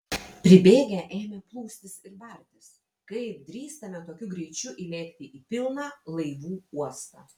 pribėgę ėmė plūstis ir bartis kaip drįstame tokiu greičiu įlėkti į pilną laivų uostą